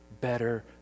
better